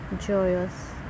joyous